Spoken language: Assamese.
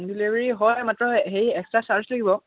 ডিলিভাৰী হয় মাত্ৰ হেৰি এক্সট্ৰা চাৰ্জ লাগিব